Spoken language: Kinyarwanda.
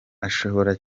ashobora